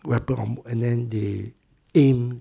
weapon on and then they aim